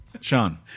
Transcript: Sean